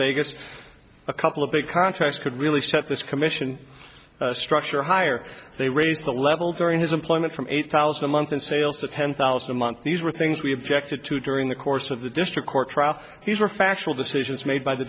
vegas a couple of big contracts could really step this commission structure higher they raised the level during his employment from eight thousand a month in sales to ten thousand a month these were things we objected to during the course of the district court trial these were factual decisions made by the